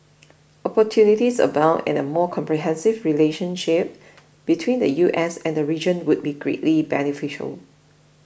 opportunities abound and a more comprehensive relationship between the U S and the region would be greatly beneficial